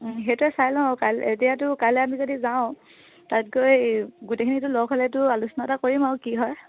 সেইটোৱে চাই লওঁ আৰু কাইলৈ এতিয়াতো কাইলৈ আমি যদি যাওঁ তাত গৈ গোটেইখিনিতো লগ হ'লেতো আলোচনা এটা কৰিম আৰু কি হয়